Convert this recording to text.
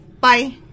Bye